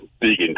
big